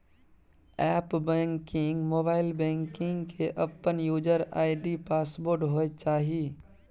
app banking, mobile banking के अपन user ID password होय चाहिए